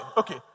okay